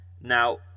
Now